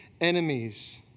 enemies